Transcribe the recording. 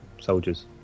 soldiers